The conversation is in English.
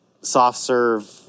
soft-serve